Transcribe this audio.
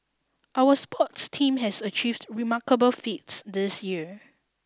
our sports teams have achieved remarkable feats this year